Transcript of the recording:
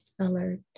alert